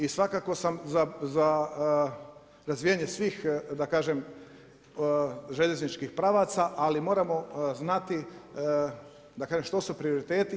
I svakako sam za razvijanje svih da kažem željezničkih pravaca, ali moramo znati da kažem što su prioriteti.